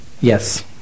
yes